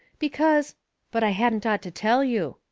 because but i hadn't ought to tell you.